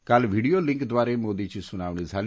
काल व्हिडीओ लिंकद्वारे मोदीची सुनावणी झाली